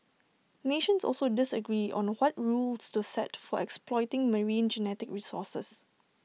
nations also disagree on what rules to set for exploiting marine genetic resources